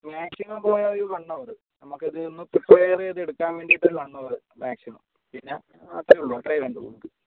maximum പോയാൽ ഒരു one hour നമുക്കത് പ്രീപയറ് ചെയ്യതെടുക്കാൻ വേണ്ടീട്ട് ഒരു വൺ അവറ് മാക്സിമം പിന്നെ അത്രയെ ഉള്ളു അത്രയെ വേണ്ടുള്ളു നമുക്ക്